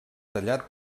tallat